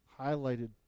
highlighted